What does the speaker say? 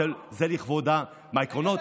איזה עקרונות?